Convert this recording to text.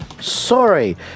Sorry